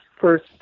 first